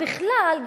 בכלל,